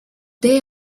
they